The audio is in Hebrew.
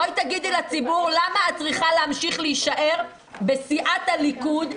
בואי תגידי לציבור למה את צריכה להמשיך להישאר בסיעת הליכוד,